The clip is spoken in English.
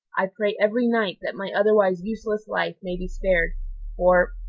i pray every night that my otherwise useless life may be spared for,